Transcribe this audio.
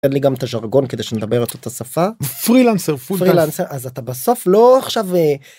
תן לי גם את הז'רגון כדי שנדבר את אותה השפה פרילנסר פרילנסר אז אתה בסוף לא עכשיו.